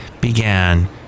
began